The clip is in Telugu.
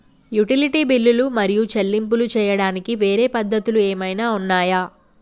యుటిలిటీ బిల్లులు మరియు చెల్లింపులు చేయడానికి వేరే పద్ధతులు ఏమైనా ఉన్నాయా?